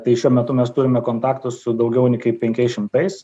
tai šiuo metu mes turime kontaktus su daugiau kaip penkiais šimtais